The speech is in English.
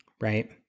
right